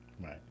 Right